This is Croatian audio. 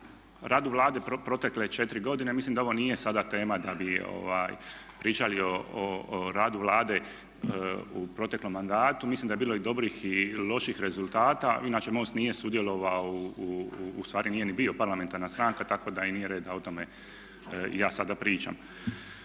radu Vlade protekle 4 godine, mislim da ovo nije sada tema da bi pričali o radu Vlade u proteklom mandatu. Mislim da je bilo i dobrih i loših rezultata. Inače MOST nije sudjelovao, ustvari nije ni bio parlamentarna stranka tako da i nije red da o tome ja sada pričam.